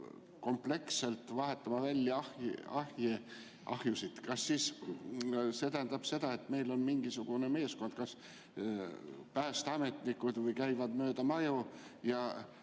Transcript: kompleksselt vahetama välja ahjusid, kas siis see tähendab seda, et meil on mingisugune meeskond, kas päästeametnikud käivad mööda maju ja